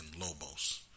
Lobos